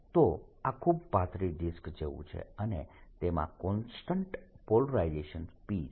તો આ ખૂબ પાતળી ડિસ્ક જેવું છે અને તેમાં કોન્સ્ટન્ટ પોલરાઇઝેશન P છે